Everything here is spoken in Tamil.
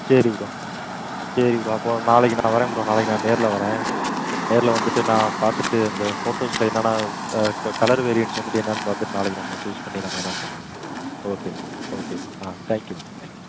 சரி ப்ரோ சரி ப்ரோ அப்போது நாளைக்கி நான் வர்றேன் ப்ரோ நாளைக்கி நான் நேர்ல வர்றேன் நேர்ல வந்துட்டு நான் பார்த்துட்டு அந்த போட்டோஸ்ல என்னென்ன க கலர் வேரியண்ட்ஸ் வந்துட்டு என்னன்னு பார்த்துட்டு நாளைக்கி நம்ம சூஸ் பண்ணி நம்ம என்னன்னு பண்ணுவோம் ஓகே ப்ரோ ஓகே ப்ரோ ஆ தேங்க்யூ ப்ரோ தேங்க்யூ